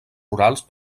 rurals